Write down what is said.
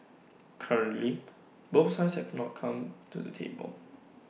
currently both sides have not come to the table